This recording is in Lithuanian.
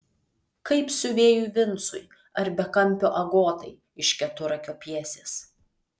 kaip siuvėjui vincui ar bekampio agotai iš keturakio pjesės